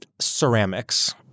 ceramics